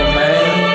man